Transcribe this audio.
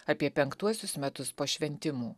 apie penktuosius metus po šventimų